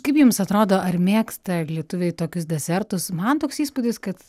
kaip jums atrodo ar mėgsta lietuviai tokius desertus man toks įspūdis kad